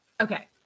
Okay